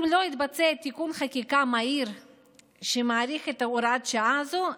אם לא יתבצע תיקון חקיקה מהיר שמאריך את הוראת השעה הזאת,